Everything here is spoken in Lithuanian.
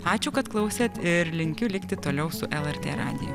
ačiū kad klausėt ir linkiu likti toliau su lrt radiją